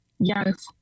Yes